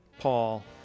Paul